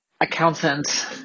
accountant